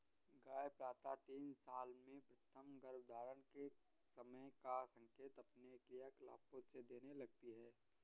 गाय प्रायः तीन साल में प्रथम गर्भधारण के समय का संकेत अपने क्रियाकलापों से देने लगती हैं